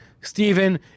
stephen